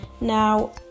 Now